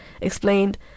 explained